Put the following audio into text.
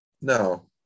No